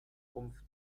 rumpf